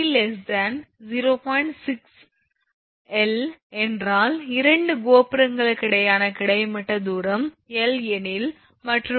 06L என்றால் 2 கோபுரங்களுக்கிடையேயான கிடைமட்ட தூரம் L எனில் மற்றும் d 0